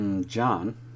John